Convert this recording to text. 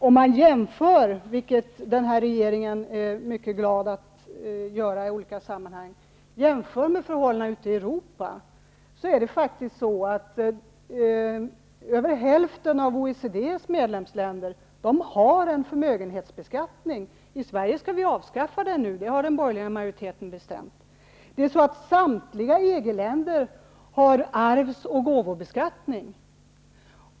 Om man jämför -- vilket den här regeringen är mycket pigg på i olika sammanhang -- med förhållanden ute i Europa, kan man konstatera att över hälften av OECS:s medlemsländer har förmögenhetsbeskattning. I Sverige skall den avskaffas. Det har den borgerliga majoriteten bestämt. Det är så, att samtliga EG-länder har arvsoch gåvobeskattning.